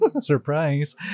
surprise